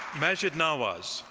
maajid nawaz,